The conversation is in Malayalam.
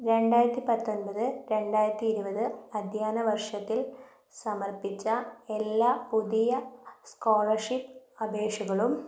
രണ്ടായിരത്തി പത്തൊൻപത് രണ്ടായിരത്തി ഇരുപത് അധ്യായന വർഷത്തിൽ സമർപ്പിച്ച എല്ലാ പുതിയ സ്കോളർഷിപ്പ് അപേക്ഷകളും